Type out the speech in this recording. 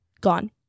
gone